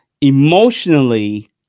emotionally